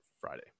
Friday